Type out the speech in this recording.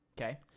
Okay